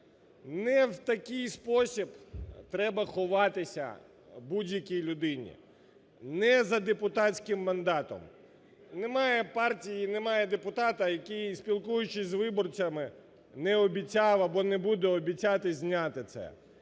Не в такий спосіб треба ховатися будь-якій людині, не за депутатським мандатом. Немає партії і немає депутата, який, спілкуючись з виборцями, не обіцяв або не буде обіцяти зняти це.